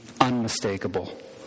unmistakable